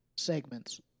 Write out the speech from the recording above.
segments